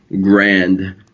Grand